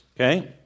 okay